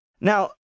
Now